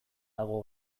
dago